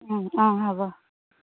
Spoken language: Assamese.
অঁ হ'ব